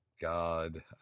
God